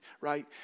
right